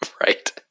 Right